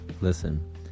Listen